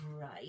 right